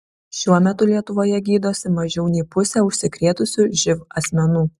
šiuo metu lietuvoje gydosi mažiau nei pusė užsikrėtusių živ asmenų